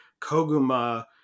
Koguma